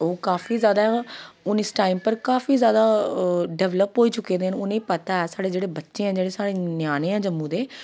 ओह् काफी जादा हून इस टाईम पर काफी जादा डेवलप होई चुके दे न उ'नें ई पता ऐ साढ़े जेह्ड़े बच्चे न जेह्ड़े साढ़े ञ्यानें ऐं जम्मू दे